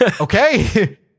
Okay